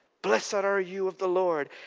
blessed are you of the lord!